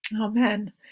Amen